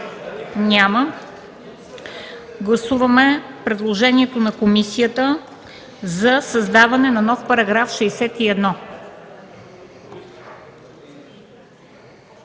Няма. Гласуваме предложението на комисията за създаване на нов § 61.